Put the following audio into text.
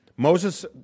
Moses